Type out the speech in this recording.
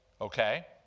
okay